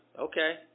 okay